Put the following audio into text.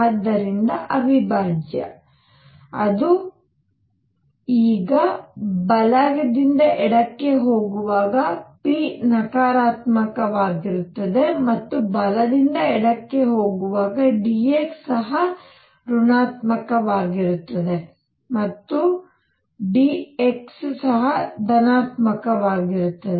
ಆದ್ದರಿಂದ ಅವಿಭಾಜ್ಯ ಅದು ಈಗ ಬಲದಿಂದ ಎಡಕ್ಕೆ ಹೋಗುವಾಗ p ನಕಾರಾತ್ಮಕವಾಗಿರುತ್ತದೆ ಮತ್ತು ಬಲದಿಂದ ಎಡಕ್ಕೆ ಹೋಗುವಾಗ d x ಸಹ ಋಣಾತ್ಮಕವಾಗಿರುತ್ತದೆ ಮತ್ತು dx ಸಹ ಧನಾತ್ಮಕವಾಗಿರುತ್ತದೆ